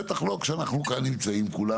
בטח לא כשכולנו נמצאים כאן.